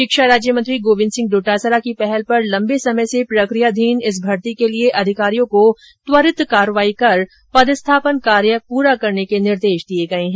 शिक्षा राज्य मंत्री गोविन्द सिंह डोटासरा की पहल पर लम्बे समय से प्रक्रियाधीन इस भर्ती के लिए अधिकारियों को त्वरित कार्यवाही कर पदस्थापन कार्य पूरा करने के निर्देश दिए गए हैं